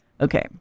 Okay